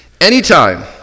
Anytime